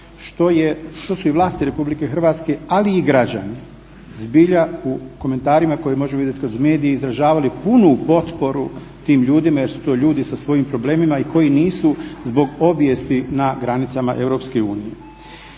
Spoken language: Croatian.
što su i vlasti RH, ali i građani, zbilja u komentarima koje možemo vidjeti kroz medije izražavali punu potporu tim ljudima. Jer su to ljudi sa svojim problemima i koji nisu zbog obijesti na granicama EU.